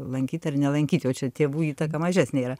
lankyt ar nelankyt jau čia tėvų įtaka mažesnė yra